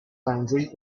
boundary